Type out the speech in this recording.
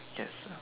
yes